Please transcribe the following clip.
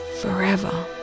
forever